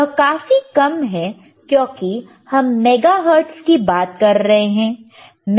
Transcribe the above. यह काफी कम है क्योंकि हम मेगा हर्ट्ज़ की बात कर रहे हैं